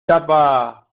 tapa